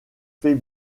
fait